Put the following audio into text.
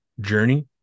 journey